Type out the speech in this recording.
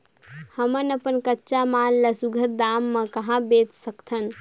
हमन अपन कच्चा माल ल सुघ्घर दाम म कहा बेच सकथन?